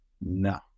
No